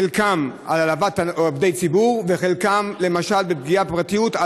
חלקם על העלבת עובדי ציבור וחלקם למשל על פגיעה בפרטיות,